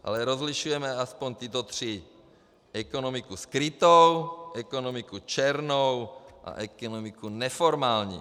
Ale rozlišujeme aspoň tyto tři ekonomiku skrytou, ekonomiku černou a ekonomiku neformální.